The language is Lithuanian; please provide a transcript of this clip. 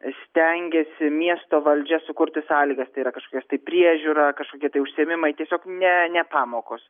stengiasi miesto valdžia sukurti sąlygas tai yra kažkokios tai priežiūra kažkokie tai užsiėmimai tiesiog ne ne pamokos